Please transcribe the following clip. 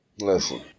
Listen